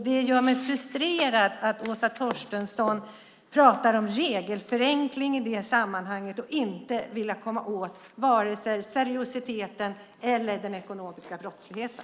Det gör mig frustrerad att Åsa Torstensson pratar om regelförenklingar i det sammanhanget och inte vill komma åt den ekonomiska brottsligheten och öka seriositeten.